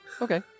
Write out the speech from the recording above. Okay